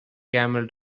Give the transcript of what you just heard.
camel